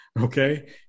Okay